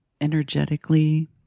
energetically